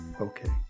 okay